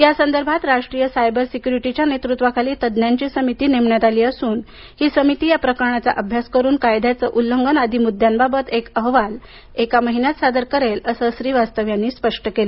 या संदर्भात राष्ट्रीय सायबर सिक्युरीटीच्या नेतृत्वाखाली तज्ज्ञांची समिती नेमण्यात आली असून ही समिती या प्रकरणाचा अभ्यास करून कायद्याचे उल्लंघन आदी मुद्यांबाबत आपला अहवाल एक महिन्यात सादर करेल असं श्रीवास्तव यांनी स्पष्ट केलं